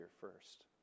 first